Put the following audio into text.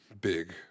big